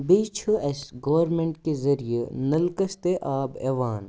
بیٚیہِ چھ اَسہِ گورمٮ۪نٛٹ کہِ ذٔریٮ۪ہِ نَلکَس تہٕ آب یِوان